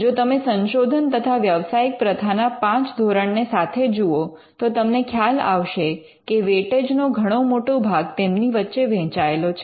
જો તમે સંશોધન તથા વ્યવસાયિક પ્રથાના ૫ ધોરણને સાથે જુઓ તો તમને ખ્યાલ આવશે કે વેટેજ નો ઘણો મોટો ભાગ તેમની વચ્ચે વહેંચાયેલો છે